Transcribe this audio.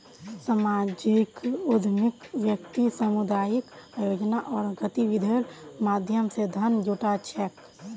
सामाजिक उद्यमी व्यक्ति सामुदायिक आयोजना आर गतिविधिर माध्यम स धन जुटा छेक